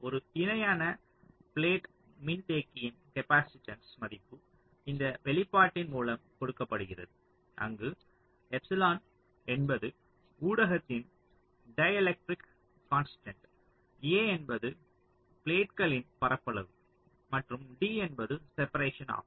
ஒரு இணையான ப்ளேட் மின்தேக்கியின் கேப்பாசிட்டன்ஸ் மதிப்பு இந்த வெளிப்பாட்டின் மூலம் கொடுக்கப்படுகிறது அங்கு என்பதுஊடகத்தின் டைஎலெக்ட்ரிக் கான்ஸ்டன்ட் A என்பது ப்ளேட்களின் பரப்பளவு மற்றும் d என்பது செப்பரேஷன் ஆகும்